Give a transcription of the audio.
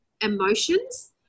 emotions